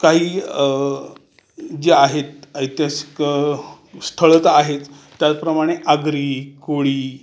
काही जे आहेत ऐतिहासिक स्थळं तर आहेच त्याचप्रमाणे आग्री कोळी